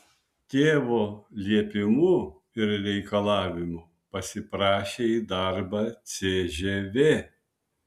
tėvo liepimu ir reikalavimu pasiprašė į darbą cžv